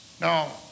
Now